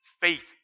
faith